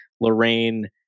Lorraine